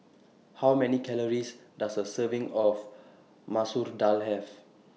How Many Calories Does A Serving of Masoor Dal Have